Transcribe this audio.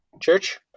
church